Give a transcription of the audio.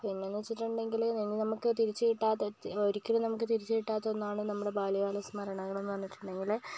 പിന്നെയെന്ന് വെച്ചിട്ടുണ്ടെങ്കിൽ ഇനി നമുക്ക് തിരിച്ചു കിട്ടാത്ത ഒരിക്കലും നമുക്ക് തിരിച്ചു കിട്ടാത്ത ഒന്നാണ് നമ്മുടെ ബാല്യകാല സ്മരണകൾ എന്ന് പറഞ്ഞിട്ടുണ്ടെങ്കിൽ